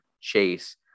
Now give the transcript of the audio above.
chase